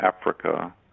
Africa